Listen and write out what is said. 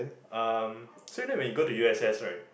um so you know when you go to U_S_S right